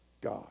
God